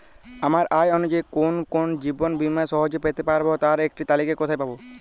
আমার আয় অনুযায়ী কোন কোন জীবন বীমা সহজে পেতে পারব তার একটি তালিকা কোথায় পাবো?